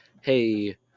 hey